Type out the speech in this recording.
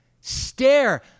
stare